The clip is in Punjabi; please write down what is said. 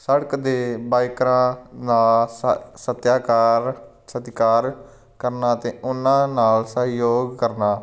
ਸੜਕ ਦੇ ਬਾਇਕਰਾਂ ਨਾਲ ਸ ਸਤਿਕਾਰ ਸਤਿਕਾਰ ਕਰਨਾ ਅਤੇ ਉਹਨਾਂ ਨਾਲ ਸਹਿਯੋਗ ਕਰਨਾ